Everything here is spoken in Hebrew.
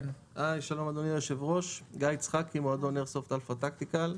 אני ממועדון איירסופט "אלפא טקטיקל".